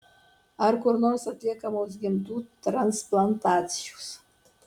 ar kur nors atliekamos gimdų transplantacijos